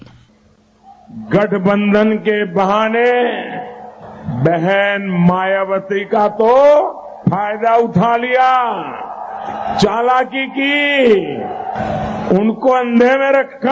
bite गठबंधन के बहाने बहन मायावती का तो फायदा उठा लिया चालाकी की उनको अंधेरे में रखा